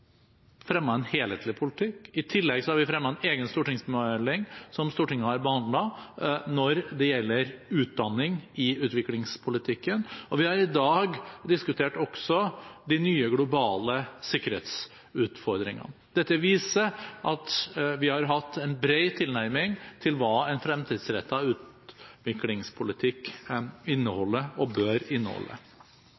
en helhetlig politikk. I tillegg har vi fremmet en egen stortingsmelding, som Stortinget har behandlet, om utdanning i utviklingspolitikken. Og vi har i dag også diskutert de nye globale sikkerhetsutfordringene. Dette viser at vi har hatt en bred tilnærming til hva en fremtidsrettet utviklingspolitikk